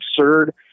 absurd